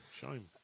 Shame